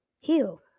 heal